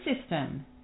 system